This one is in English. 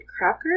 Cracker